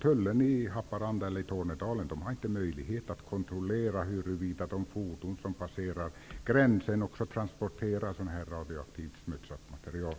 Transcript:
Tullen i Haparanda eller Tornedalen har inte möjlighet att kontrollera huruvida de fordon som passerar gränsen också transporterar radiaktivt nedsmutsat material.